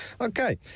Okay